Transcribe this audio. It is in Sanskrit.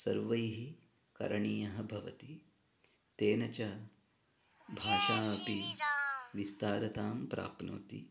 सर्वैः करणीयः भवति तेन च भाषा अपि विस्तारतां प्राप्नोति